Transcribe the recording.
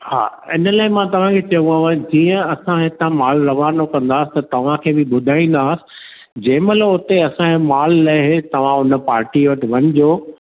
हा इन लाइ मां तव्हां खे चयोमांव जीअं असां हितां माल रवानो कंदासीं त तव्हां खे बि ॿुधाईंदासीं जंहिं महिल उते असां जो माल लहे तव्हां उन पार्टीअ वटि वञिजो